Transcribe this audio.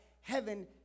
heaven